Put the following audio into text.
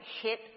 hit